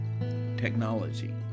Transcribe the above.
Technology